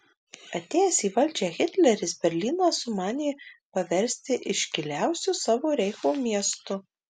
atėjęs į valdžią hitleris berlyną sumanė paversti iškiliausiu savo reicho miestu